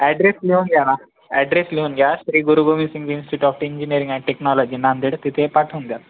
address लिहून घ्या ना ॲड्रेस लिहून घ्या Shri Guru Gobind Singh institute of engineering and technology Nanded तिथे पाठवून द्या